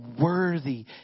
worthy